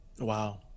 Wow